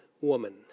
woman